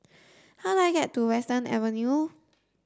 how do I get to Western Avenue